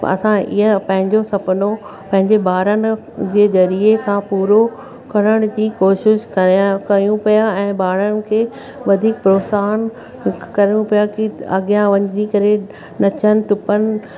असां इहा पंहिंजो सुपिनो पंहिंजे ॿारनि जे ज़रिए खां पूरो करण जी कोशिश कयां कयूं पिया ऐं ॿारनि खे वधीक प्रोत्साहन कयूं पिया कि अॻियां वञी करे नचणु टुपणु